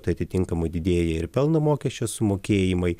tai atitinkamai didėja ir pelno mokesčio sumokėjimai